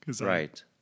Right